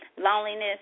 loneliness